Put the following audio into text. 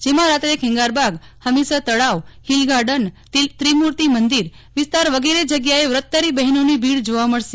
જેમાં રાત્રે ખેંગારબાગ હમીરસર તળાવ હિલ ગાર્ડન ત્રિમૂર્તી મંદિર વિસ્તાર વગેરે જગ્યાએ વ્રતધારી બહેનોની ભીડ જોવા મળશે